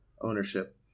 ownership